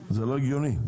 זה לא הגיוני.